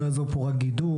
לא יעזור פה רק גידור,